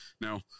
now